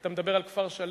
אתה מדבר על כפר-שלם?